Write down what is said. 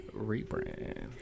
rebrand